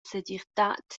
segirtad